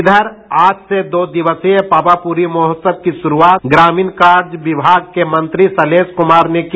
इधर आज से दो दिवसीय पावापुरी महोत्सव की शुरूआत ग्रामीण कार्य विभाग के मंत्री शैलेश कुमार ने की